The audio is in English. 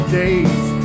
days